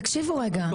תקשיבו רגע נשמות,